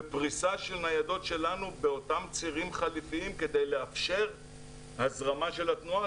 ופריסה של ניידות שלנו באותם צירים חליפיים כדי לאפשר הזרמה של התנועה